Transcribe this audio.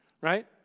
right